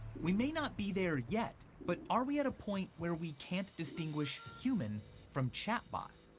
we may not be there yet, but are we at a point where we can't distinguish human from chat bot?